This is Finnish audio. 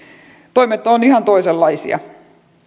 toimet ovat ihan toisenlaisia